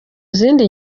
zindi